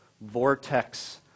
vortex